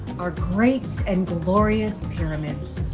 our great and glorious pyramids.